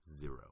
Zero